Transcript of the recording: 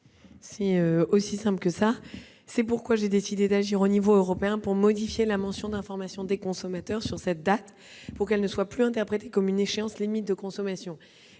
droit européen actuel. C'est pourquoi j'ai décidé d'agir à l'échelon européen pour modifier la mention d'information des consommateurs sur cette date, pour que celle-ci ne soit plus interprétée comme une échéance limite de consommation.